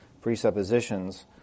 presuppositions